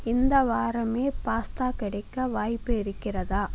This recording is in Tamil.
இந்த வாரமே பாஸ்தா கிடைக்க வாய்ப்பு இருக்கிறதா